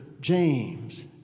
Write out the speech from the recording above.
James